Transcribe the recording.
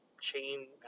chain